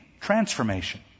transformation